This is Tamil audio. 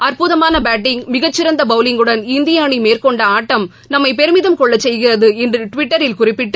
அற்ப்புதமான பேட்டிங் மிகச்சிறந்த பவுலிங்குடன் இந்திய அணி மேற்கொண்ட ஆட்டம் நம்மை பெருமிதம் கொள்ளச் செய்கிறது என்று டுவிட்டரில் குறிப்பிட்டு